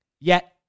Yet-